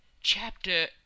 Chapter